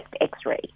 x-ray